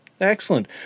Excellent